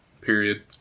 period